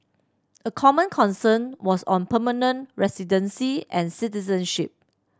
a common concern was on permanent residency and citizenship